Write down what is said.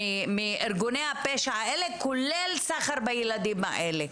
מארגוני הפשע האלה, כולל סחר בילדים האלה